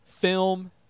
film